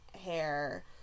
hair